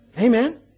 Amen